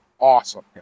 awesome